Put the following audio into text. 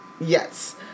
Yes